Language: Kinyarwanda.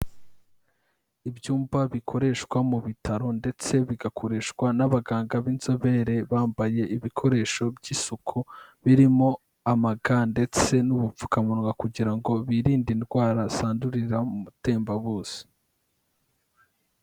Ibyumba bikoreshwa mu bitaro ndetse bigakoreshwa n'abaganga b'inzobere, bambaye ibikoresho by'isuku birimo amaga ndetse n'ubupfukamunwa, kugira ngo birinde indwara zandurira mu matembabuzi.